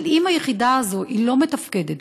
אבל אם היחידה הזאת לא מתפקדת,